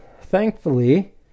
thankfully